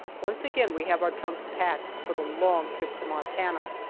once again we have our trunks packed for the long trip to montana,